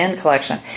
collection